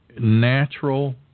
natural